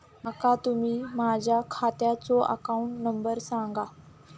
माका तुम्ही माझ्या खात्याचो अकाउंट नंबर सांगा?